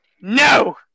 no